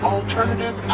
Alternative